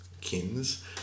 kins